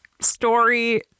story